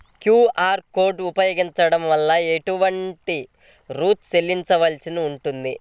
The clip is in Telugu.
క్యూ.అర్ కోడ్ ఉపయోగించటం వలన ఏటువంటి రుసుం చెల్లించవలసి ఉంటుంది?